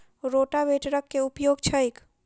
रोटावेटरक केँ उपयोग छैक?